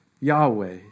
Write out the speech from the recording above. Yahweh